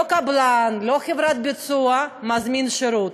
לא קבלן, לא חברת ביצוע, מזמין שירות.